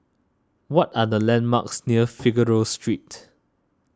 what are the landmarks near Figaro Street